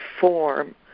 form